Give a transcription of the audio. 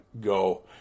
go